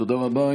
תודה רבה.